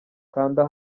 kanda